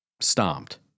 stomped